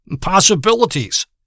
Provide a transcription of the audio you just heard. possibilities